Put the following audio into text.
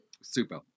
Super